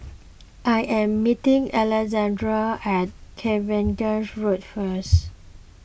I am meeting Alexandria at Cavenagh Road first